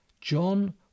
John